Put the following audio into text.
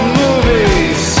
movies